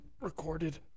recorded